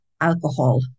alcohol